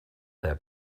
their